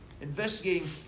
investigating